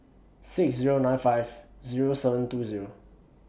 six Zero nine five Zero seven two Zero